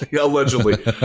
allegedly